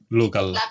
local